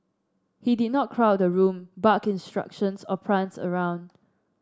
he did not crowd the room bark instructions or prance around